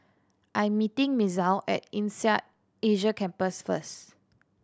I am meeting Misael at INSEAD Asia Campus first